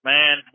Man